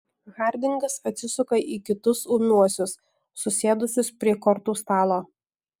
hardingas atsisuka į kitus ūmiuosius susėdusius prie kortų stalo